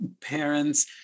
parents